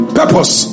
purpose